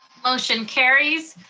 motion caries.